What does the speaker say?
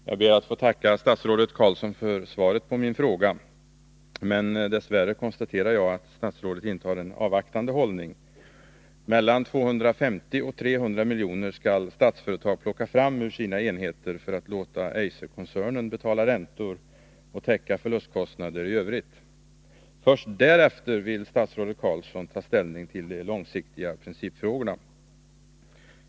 Herr talman! Jag ber att få tacka statsrådet Carlsson för svaret på min fråga. Dess värre konstaterar jag att statsrådet intar en avvaktande hållning. Mellan 250 och 300 miljoner skall Statsföretag plocka fram ur sina enheter för att låta Eiser-koncernen betala räntor och täcka förlustkostnader i övrigt. Först därefter vill statsrådet ta ställning till de långsiktiga principfrågorna.